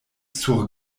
sur